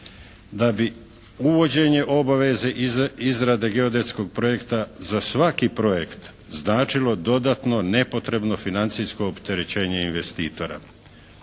da bi uvođenje obaveze izrade geodetskog projekta za svaki projekt značilo dodatno nepotrebno financijsko opterećenje investitora.